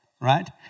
right